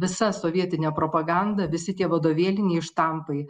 visa sovietinė propaganda visi tie vadovėliniai štampai